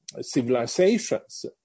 civilizations